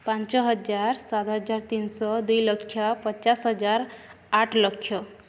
ପାଞ୍ଚ ହଜାର ସାତହଜାର ତିନିଶହ ଦୁଇ ଲକ୍ଷ ପଚାଶ ହଜାର ଆଠ ଲକ୍ଷ